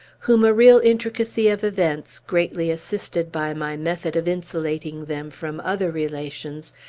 whom a real intricacy of events, greatly assisted by my method of insulating them from other relations,